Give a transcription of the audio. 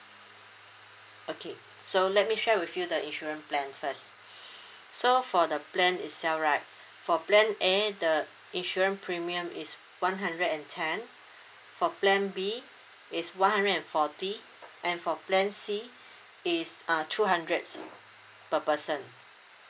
okay so let me share with you the insurance plan first so for the plan itself right for plan A the insurance premium is one hundred and ten for plan B is one hundred and forty and for plan C is uh two hundred per person